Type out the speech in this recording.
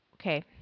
Okay